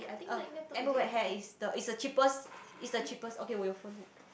uh is the is the cheapest is the cheapest okay